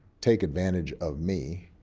take advantage of me,